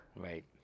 Right